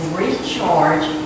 recharge